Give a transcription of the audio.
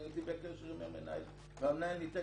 אני הייתי בקשר עם המנהל והמנהל ניתק